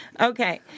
Okay